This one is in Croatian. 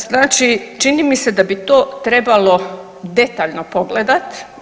Znači, čini mi se da bi to trebalo detaljno pogledati.